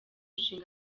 ishinga